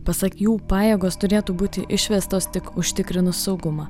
pasak jų pajėgos turėtų būti išvestos tik užtikrinus saugumą